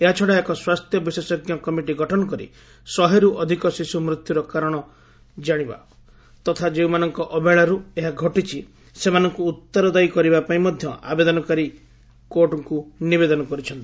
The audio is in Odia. ଏହାଛଡ଼ା ଏକ ସ୍ୱାସ୍ଥ୍ୟ ବିଶେଷଜ୍ଞ କମିଟି ଗଠନ କରି ଶହେର୍ ଅଧିକ ଶିଶୁ ମୃତ୍ୟୁର କାରଣ ଜାଣିବ ତଥା ଯେଉଁମାନଙ୍କ ଅବହେଳାର୍ତ ଏହା ଘଟିଛି ସେମାନଙ୍କୁ ଉତ୍ତରଦାୟୀ କରାଇବା ପାଇଁ ମଧ୍ୟ ଆବେଦନକାରୀ କୋର୍ଟ୍ଙ୍କୁ ନିବେଦନ କରିଛନ୍ତି